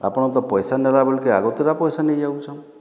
ଆପଣ ତ ପଇସା ନେଲାବେଳକେ ଆଗତୁରା ପଇସା ନେଇଯାଉଛଁ